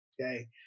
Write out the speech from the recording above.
Okay